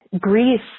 grief